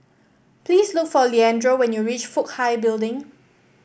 please look for Leandro when you reach Fook Hai Building